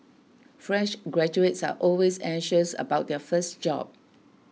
fresh graduates are always anxious about their first job